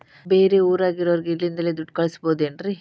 ಬೇರೆ ಊರಾಗಿರೋರಿಗೆ ಇಲ್ಲಿಂದಲೇ ದುಡ್ಡು ಕಳಿಸ್ಬೋದೇನ್ರಿ?